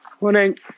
Morning